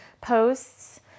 posts